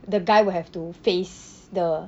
the guy will have to face the